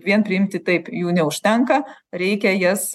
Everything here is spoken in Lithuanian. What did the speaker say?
vien priimti taip jų neužtenka reikia jas